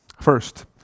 First